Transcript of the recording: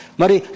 Mari